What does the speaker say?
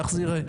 כך זה יראה.